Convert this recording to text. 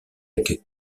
avec